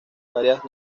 varias